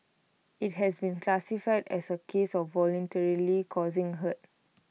IT has been classified as A case of voluntarily causing hurt